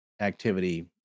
activity